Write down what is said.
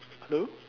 hello